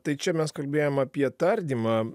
tai čia mes kalbėjom apie tardymą